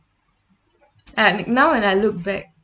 and now when I look back